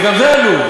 וגם זה עלוב,